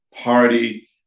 party